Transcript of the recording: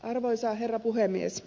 arvoisa herra puhemies